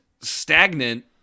stagnant